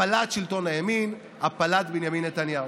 הפלת שלטון הימין, הפלת בנימין נתניהו.